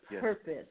purpose